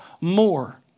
more